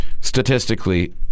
Statistically